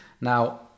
Now